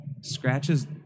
scratches